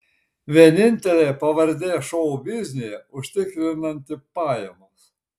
vienintelė pavardė šou biznyje užtikrinanti pajamas